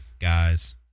Guys